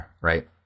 right